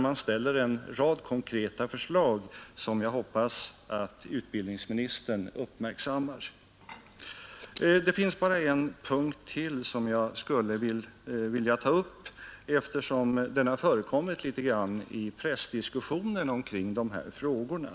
Man ställer en rad konkreta förslag, som jag hoppas att utbildningsministern uppmärksammar. Det finns bara en punkt till som jag skulle vilja ta upp, eftersom den har förekommit litet grand i pressdiskussionen kring de här frågorna.